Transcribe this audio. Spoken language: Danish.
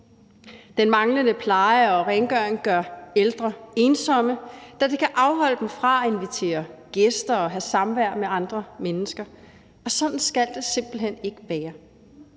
Den manglende pleje og rengøring gør ældre ensomme, da det kan afholde dem fra at invitere gæster og have samvær med andre mennesker – og sådan skal det simpelt hen ikke være.